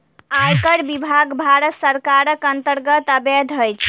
आयकर विभाग भारत सरकारक अन्तर्गत अबैत अछि